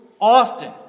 often